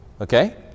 Okay